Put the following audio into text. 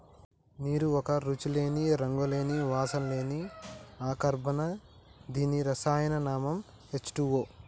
నీరు ఒక రుచి లేని, రంగు లేని, వాసన లేని అకర్బన దీని రసాయన నామం హెచ్ టూవో